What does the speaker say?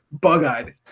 Bug-eyed